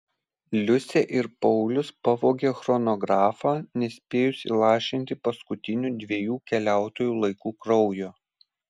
liusė ir paulius pavogė chronografą nespėjus įlašinti paskutinių dviejų keliautojų laiku kraujo